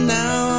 now